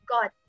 God